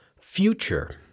future